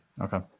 Okay